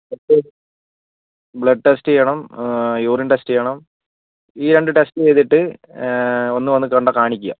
blood test ചെയ്യണം urine test ചെയ്യണം ഈ രണ്ട് ടെസ്റ്റ് ചെയ്തിട്ട് ഒന്ന് വന്ന് കൊണ്ടുക്കാണിക്കുക